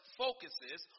focuses